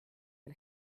del